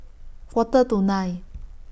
Quarter to nine